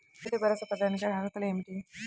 రైతు భరోసా పథకానికి అర్హతలు ఏమిటీ?